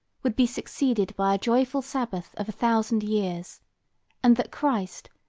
would be succeeded by a joyful sabbath of a thousand years and that christ,